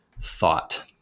thought